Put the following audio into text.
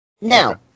Now